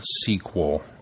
sequel